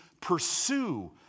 pursue